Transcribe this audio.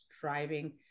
driving